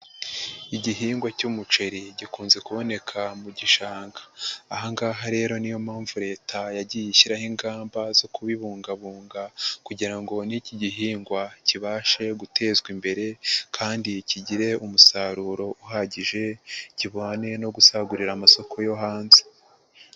Igihingwa cy'umuceri gikunze kuboneka mu gishanga, aha ngaha rero niyo mpamvu leta yagiye ishyiraho ingamba zo kubibungabunga kugira ngo n'iki gihingwa kibashe gutezwa imbere kandi kigire umusaruro uhagije kihwanye no gusagurira amasoko yo hanze.